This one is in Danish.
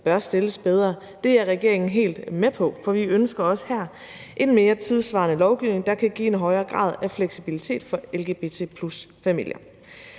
bør stilles bedre. Det er regeringen helt med på, for vi ønsker også her en mere tidssvarende lovgivning, der kan give en højere grad af fleksibilitet for lgbt+-familier.